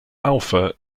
alpha